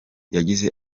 yagize